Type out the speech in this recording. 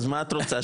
אז מה את רוצה,